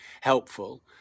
helpful